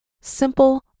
simple